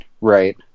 Right